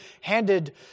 handed